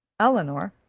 elinor,